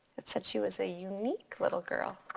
it said she was a unique little girl.